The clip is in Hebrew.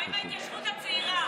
מה עם ההתיישבות הצעירה?